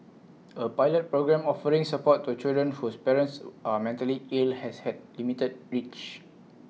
A pilot programme offering support to children whose parents are mentally ill has had limited reach